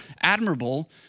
admirable